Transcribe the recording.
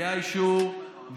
היה אישור,